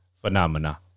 Phenomena